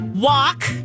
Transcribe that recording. Walk